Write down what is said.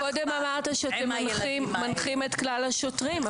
אמרת קודם שאתם מנחים את כלל השוטרים,